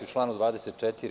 U članu 24.